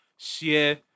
share